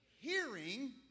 hearing